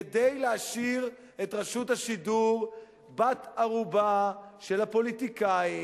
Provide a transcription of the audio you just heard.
כדי להשאיר את רשות השידור בת-ערובה של הפוליטיקאים,